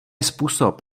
způsob